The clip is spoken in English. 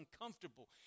uncomfortable